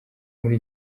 muri